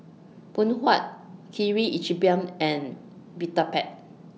Phoon Huat Kirin Ichiban and Vitapet